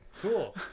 cool